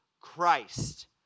Christ